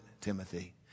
Timothy